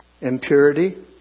impurity